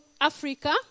Africa